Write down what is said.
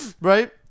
right